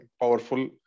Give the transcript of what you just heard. powerful